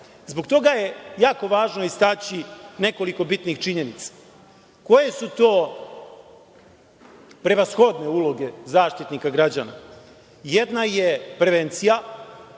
Zbog toga je jako važno istaći nekoliko bitnih činjenica. Koje su to prevashodne uloge Zaštitnika građana? Jedna je prevencija,